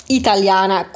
italiana